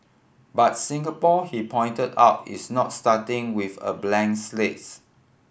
but Singapore he pointed out is not starting with a blank slates